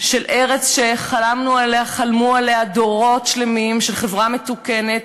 של ארץ שחלמו עליה דורות שלמים של חברה מתוקנת,